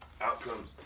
outcomes